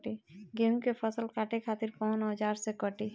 गेहूं के फसल काटे खातिर कोवन औजार से कटी?